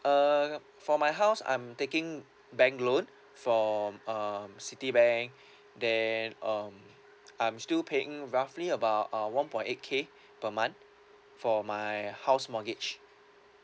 uh for my house I'm taking bank loan from um citibank then um I'm still paying roughly about uh one point eight K per month for my house mortgage